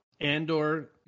Andor